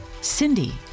Cindy